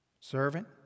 Servant